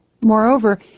Moreover